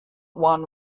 one